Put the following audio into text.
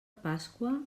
pasqua